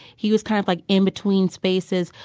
he was kind of, like, in-between spaces.